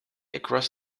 across